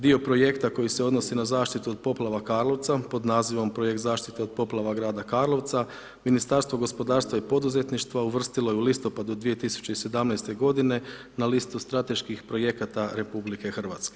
Dio Projekta koji se odnosi na zaštitu od poplava Karlovca pod nazivom Projekt zaštite od poplava grada Karlovca, Ministarstvo gospodarstva i poduzetništva uvrstilo je u listopadu 2017.-te godine na listu strateških projekata RH.